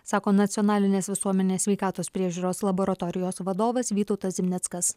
sako nacionalinės visuomenės sveikatos priežiūros laboratorijos vadovas vytautas zimnickas